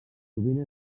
sovint